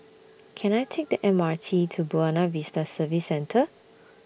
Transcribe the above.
Can I Take The M R T to Buona Vista Service Centre